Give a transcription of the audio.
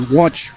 watch